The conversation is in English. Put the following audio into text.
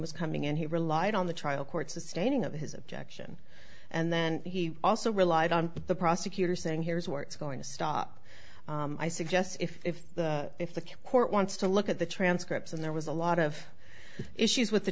was coming in he relied on the trial court sustaining of his objection and then he also relied on the prosecutor saying here's where it's going to stop i suggest if if the court wants to look at the transcripts and there was a lot of issues with the